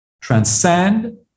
transcend